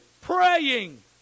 praying